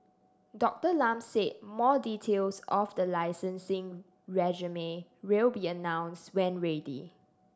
Doctor Lam said more details of the licensing regime will be announced when ready